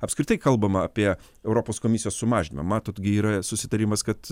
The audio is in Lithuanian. apskritai kalbama apie europos komisijos sumažinimą matot gi yra susitarimas kad